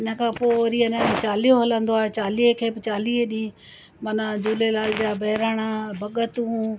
हिन खां पोइ वरी अञा चालीहो हलंदो आहे चालीह खे बि चालीह ॾींहं माना झूलेलाल जा बहिराणा भॻतूं